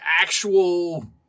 actual